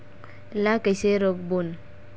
ला कइसे रोक बोन?